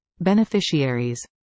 Beneficiaries